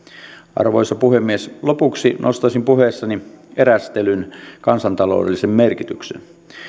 arvoisa puhemies lopuksi nostaisin puheessani esiin erästelyn kansantaloudellisen merkityksen